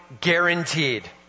guaranteed